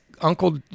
uncle